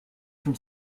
from